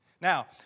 Now